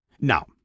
now